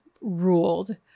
ruled